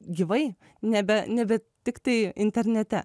gyvai nebe nebe tiktai internete